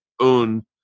un